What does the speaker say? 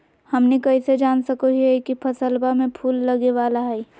हमनी कइसे जान सको हीयइ की फसलबा में फूल लगे वाला हइ?